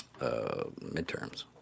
midterms